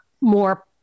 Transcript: more